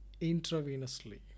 intravenously